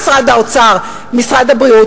משרד האוצר ומשרד הבריאות,